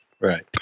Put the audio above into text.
Right